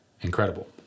incredible